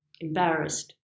embarrassed